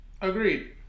Agreed